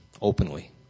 openly